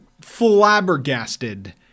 flabbergasted